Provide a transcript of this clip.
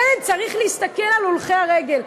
כן צריך להסתכל על הולכי הרגל,